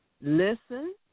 listen